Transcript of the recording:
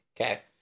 okay